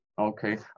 Okay